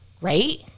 Right